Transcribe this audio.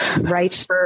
right